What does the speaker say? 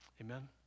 Amen